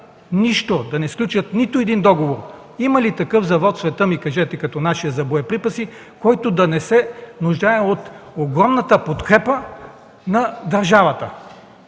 нищо, да не сключат нито един договор. Кажете ми има ли такъв завод в света, като нашия завод за боеприпаси, който да не се нуждае от огромната подкрепа на държавата?!